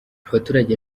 abaturage